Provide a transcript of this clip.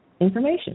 information